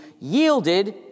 yielded